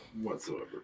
Whatsoever